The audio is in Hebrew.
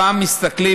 הפעם מסתכלים,